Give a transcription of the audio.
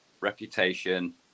reputation